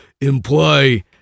imply